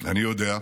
אני יודע: